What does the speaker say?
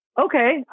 okay